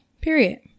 Period